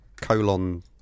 colon